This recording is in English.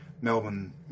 Melbourne